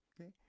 Okay